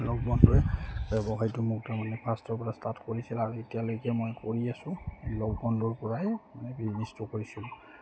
লগ বন্ধুৱে ব্যৱসায়টো মোক তাৰমানে ফাষ্টটৰপৰা ষ্টাৰ্ট কৰিছিল আৰু এতিয়ালৈকে মই কৰি আছো লগৰ বন্ধুৰপৰাই মানে বিজনিষ্টটো কৰিছিলোঁ